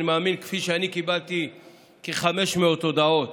אני מאמין שקיבלתי כ-500 הודעות